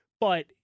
But-